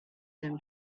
them